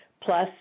plus